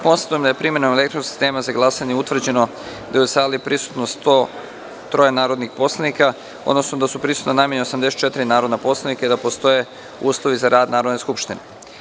Konstatujem da je primenom elektronskog sistema za glasanje utvrđeno da je u saliprisutno 103 narodnih poslanika, odnosno da su prisutna najmanje 84 narodna poslanika i da postoje uslovi za rad Narodne skupštine.